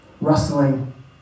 rustling